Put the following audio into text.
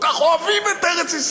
כל כך אוהבים את ארץ-ישראל,